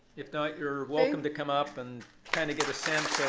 if not, you're welcome to come up and kind of get a sense